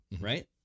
right